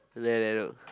there there look